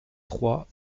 trois